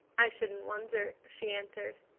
i shouldn't wonder, she answered.